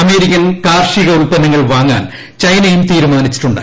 American കാർഷിക ഉത്പന്നങ്ങൾ വാങ്ങാൻ ചൈനയും തീരുമാനിച്ചിട്ടുണ്ട്